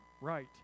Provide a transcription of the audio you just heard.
Right